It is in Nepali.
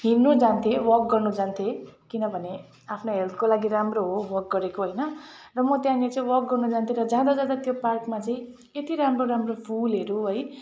हिँड्नु जान्थेँ वाक गर्नु जान्थेँ किनभने आफ्नो हेल्थको लागि राम्रो हो वाक गरेको हैन र म त्यहाँनिर चाहिँ वाक गर्न जान्थेँ र जाँदा जाँदा त्यो पार्कमा चाहिँ यति राम्रो राम्रो फुलहरू है